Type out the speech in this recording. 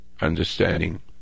Understanding